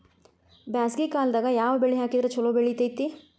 ಬ್ಯಾಸಗಿ ಕಾಲದಾಗ ಯಾವ ಬೆಳಿ ಹಾಕಿದ್ರ ಛಲೋ ಬೆಳಿತೇತಿ?